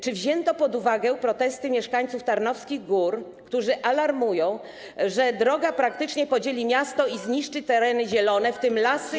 Czy wzięto pod uwagę protesty mieszkańców Tarnowskich Gór, którzy alarmują, że droga praktycznie podzieli miasto i zniszczy tereny zielone, w tym lasy.